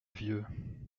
vieux